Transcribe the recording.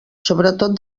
sobretot